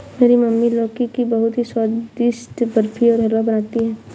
मेरी मम्मी लौकी की बहुत ही स्वादिष्ट बर्फी और हलवा बनाती है